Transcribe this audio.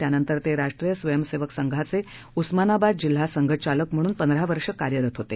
त्यानंतर ते राष्ट्रीय स्वयंसेवक संघाचे उस्मानाबाद जिल्हा संघचालक म्हणून पंधरा वर्ष कार्यरत होते